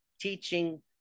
teaching